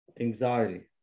anxiety